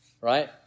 right